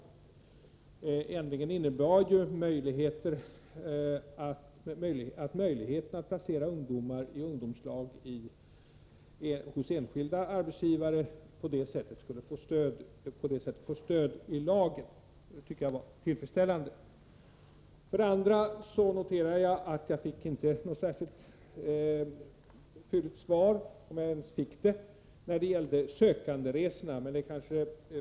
Ändringarna innebär ju att möjligheten att placera ungdomar i ungdomslag hos enskilda arbetsgivare får stöd i lagen, och det är tillfredsställande. För det andra noterar jag att jag inte fick något särskilt fylligt svar — om jag ens fick något svar — när det gäller sökanderesorna.